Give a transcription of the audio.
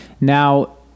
Now